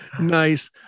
nice